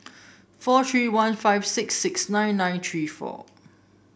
four three one five six six nine nine three four